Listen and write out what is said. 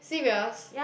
serious